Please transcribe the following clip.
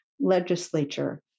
legislature